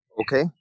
Okay